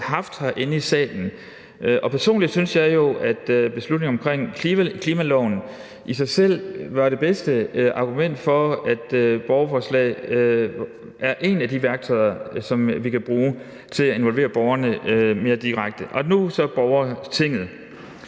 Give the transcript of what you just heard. oppe herinde i salen. Personligt synes jeg jo, at beslutningen om klimaloven i sig selv var det bedste argument for, at borgerforslag er et af de værktøjer, som vi kan bruge til at involvere borgerne mere direkte. Nu så til borgertinget: